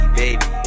baby